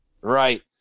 right